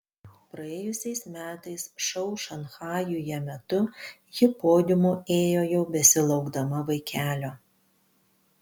praėjusiais metais šou šanchajuje metu ji podiumu ėjo jau besilaukdama vaikelio